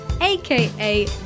aka